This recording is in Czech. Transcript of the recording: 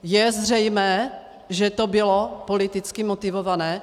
Je zřejmé, že to bylo politicky motivované?